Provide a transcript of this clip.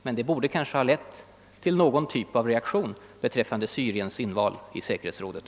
Men det svaret borde också ha lett till någon typ av reaktion beträffande Syriens inval i säkerhetsrådet.